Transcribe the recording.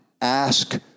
ask